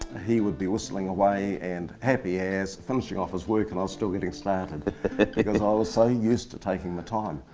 he would be whistling away and happy as, finishing off his work, and i was still getting started. cause i was so used to taking my time.